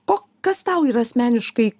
o kas tau yra asmeniškai